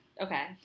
Okay